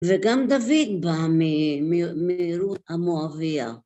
וגם דוד בא מרות המואבייה.